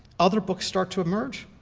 other books start to emerge.